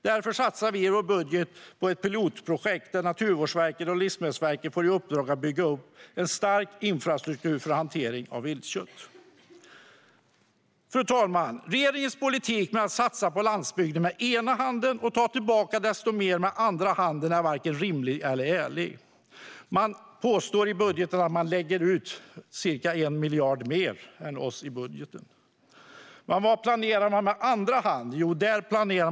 Därför satsar vi i vår budget på ett pilotprojekt där Naturvårdsverket och Livsmedelsverket får i uppdrag att bygga upp en stark infrastruktur för hantering av viltkött. Fru talman! Regeringens politik att satsa på landsbygden med ena handen och ta tillbaka desto mer med andra handen är varken rimlig eller ärlig. Man påstår att man lägger ut ca 1 miljard mer i sin budget än vi gör i vår. Men vad planerar man att ta med andra handen?